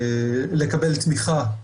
ולקבל תמיכה,